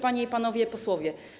Panie i Panowie Posłowie!